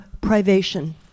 privation